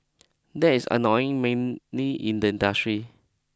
that's annoying mainly in the industry